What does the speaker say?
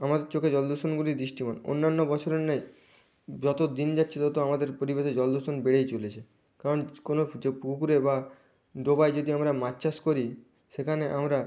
আমার চোখে জল দূষণগুলি দৃষ্টিমান অন্যান্য বছরের ন্যায় যতো দিন যাচ্ছে তত আমাদের পরিবেশে জল দূষণ বেড়েই চলেছে কারণ কোনো যে পুকুরে বা ডোবায় যদি আমরা মাছ চাষ করি সেখানে আমরা